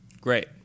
Great